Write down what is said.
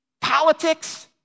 Politics